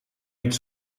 niet